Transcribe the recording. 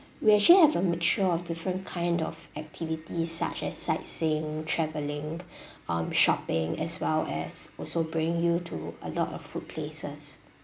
we actually have a mixture of different kind of activities such as sightseeing travelling um shopping as well as also bring you to a lot of food places